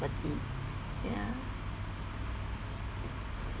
property ya